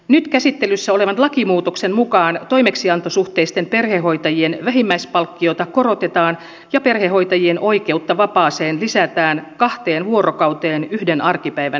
nyt käsittelyssä olevan lakimuutoksen mukaan toimeksiantosuhteisten perhehoitajien vähimmäispalkkiota korotetaan ja perhehoitajien oikeutta vapaaseen lisätään kahteen vuorokauteen yhden arkipäivän sijasta